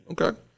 Okay